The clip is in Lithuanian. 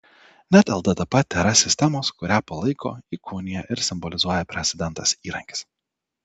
net lddp tėra sistemos kurią palaiko įkūnija ir simbolizuoja prezidentas įrankis